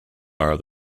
are